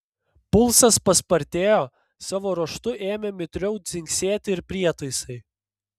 pulsas paspartėjo savo ruožtu ėmė mitriau dzingsėti ir prietaisai